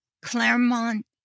claremont